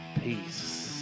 Peace